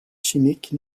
chimiques